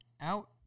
out